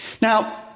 Now